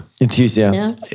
enthusiast